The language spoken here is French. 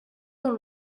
dans